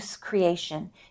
creation